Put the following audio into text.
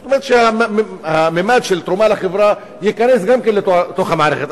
זאת אומרת שהממד של תרומה לחברה ייכנס גם כן לתוך המערכת.